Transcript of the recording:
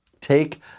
take